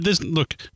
Look